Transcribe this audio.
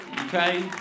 okay